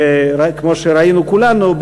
רק מה שראינו כולנו,